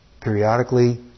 periodically